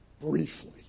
Briefly